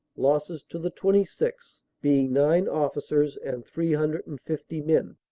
losses to the twenty sixth. being nine officers and three hundred and fifty men.